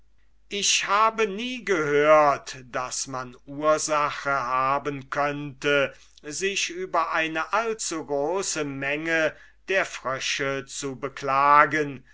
ich habe nie gehört daß man ursache haben könnte sich über eine allzugroße menge der frösche zu beklagen